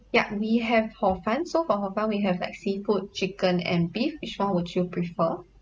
yup we have hor fun so for hor fun we have like seafood chicken and beef which one would you prefer